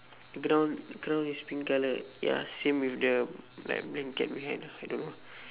crown crown is pink colour ya same with the like a blanket behind I don't know